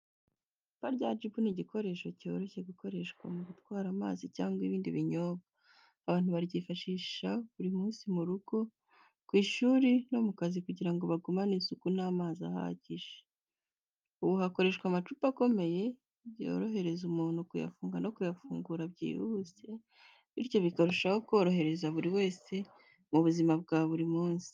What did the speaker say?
Icupa rya jibu ni igikoresho cyoroshye gikoreshwa mu gutwara amazi cyangwa ibindi binyobwa. Abantu baryifashisha buri munsi mu rugo, ku ishuri no mu kazi kugira ngo bagumane isuku n’amazi ahagije. Ubu hakoreshwa amacupa akomeye, yorohereza umuntu kuyafunga no kuyafungura byihuse, bityo bikarushaho korohereza buri wese mu buzima bwa buri munsi.